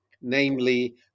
namely